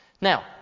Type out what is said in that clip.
Now